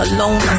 Alone